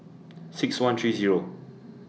six one three Zero